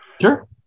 Sure